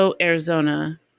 Arizona